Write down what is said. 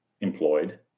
employed